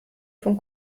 vom